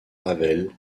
ravel